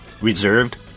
reserved